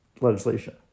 legislation